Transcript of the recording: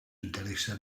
interessa